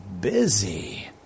busy